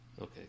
Okay